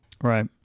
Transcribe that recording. Right